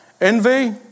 envy